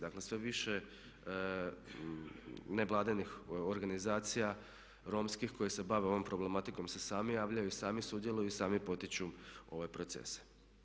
Dakle sve više nevladinih organizacija romskih koje se bave ovom problematikom se sami javljaju, sami sudjeluju i sami potiču ove procese.